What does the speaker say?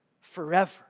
forever